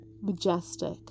Majestic